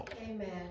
Amen